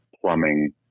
plumbing